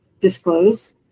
disclose